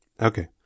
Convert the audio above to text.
Okay